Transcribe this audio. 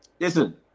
Listen